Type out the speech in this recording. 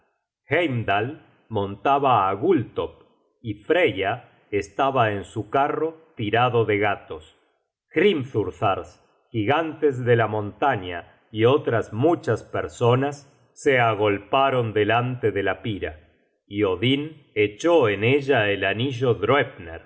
heimdal montaba á gultopp y freya estaba en su carro tirado de gatos hrimthursars gigantes de la montaña y otras muchas personas se agolparon alrededor de la pira y odin echó en ella el anillo